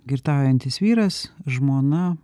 girtaujantis vyras žmona